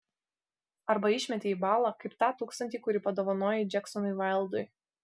arba išmetei į balą kaip tą tūkstantį kurį padovanojai džeksonui vaildui